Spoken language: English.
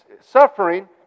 suffering